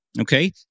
okay